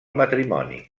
matrimoni